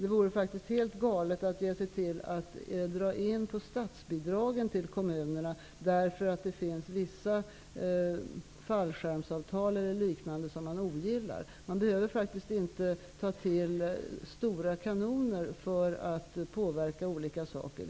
Det vore faktiskt helt galet att ge sig till att dra in på statsbidragen till kommunerna på grund av att det förekommer vissa fallskärmsavtal som man ogillar. Man behöver faktiskt inte ta till stora kanoner för att påverka olika saker.